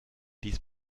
dies